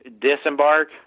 disembark